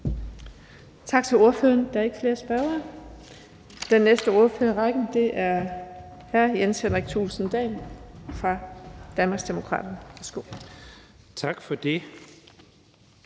Tak til ordføreren. Der er ikke flere spørgere. Den næste ordfører i rækken er hr. Jens Henrik Thulesen Dahl fra Danmarksdemokraterne. Værsgo. Kl.